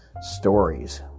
stories